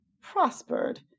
prospered